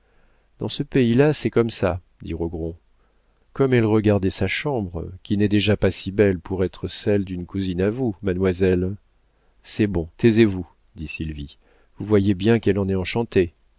dans ce pays-là c'est comme ça dit rogron comme elle regardait sa chambre qui n'est déjà pas si belle pour être celle d'une cousine à vous mademoiselle c'est bon taisez-vous dit sylvie vous voyez bien qu'elle en est enchantée